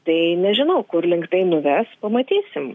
tai nežinau kur link tai nuves pamatysim